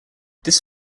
this